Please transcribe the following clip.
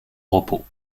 repos